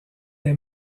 est